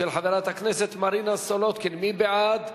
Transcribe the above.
של חברת הכנסת מרינה סולודקין מי בעד?